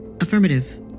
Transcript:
Affirmative